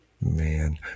Man